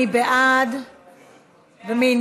מי בעד?